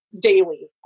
daily